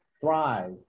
thrive